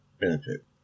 benefit